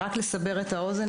רק לסבר את האוזן,